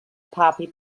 puppy